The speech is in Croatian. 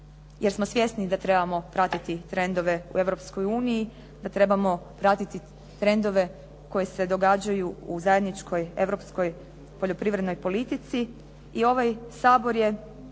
jer smo svjesni da trebamo pratiti trendove u Europskoj uniji, da trebamo pratiti trendove koji se događaju u zajedničkoj europskoj poljoprivrednoj politici. I ovaj Sabor je